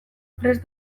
prest